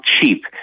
cheap